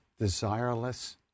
desireless